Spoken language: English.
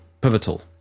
pivotal